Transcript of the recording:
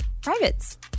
privates